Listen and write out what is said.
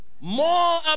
more